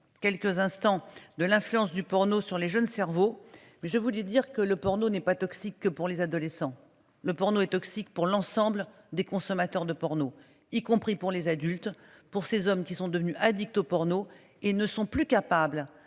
quelques instants de l'influence du porno sur les jeunes cerveaux. Je voulais dire que le porno n'est pas toxique que pour les adolescents. Le porno est toxique pour l'ensemble des consommateurs de porno, y compris pour les adultes. Pour ces hommes qui sont devenus addict au porno et ne sont plus capables